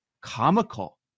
comical